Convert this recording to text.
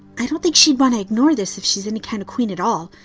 i don't think she'd want to ignore this if she's any kind of queen at all.